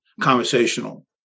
conversational